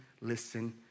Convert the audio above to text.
listen